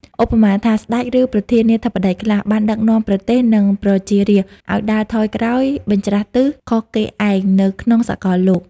ឧបមាថា ស្តេច ឬ ប្រធានាធិបតីខ្លះ បានដឹកនាំប្រទេស និង ប្រជារាស្ត្រ ឲ្យដើរថយក្រោយ បញ្ច្រាសទិស ខុសគេឯង នៅក្នុងសកលលោក។